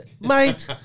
mate